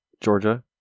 georgia